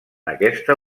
aquesta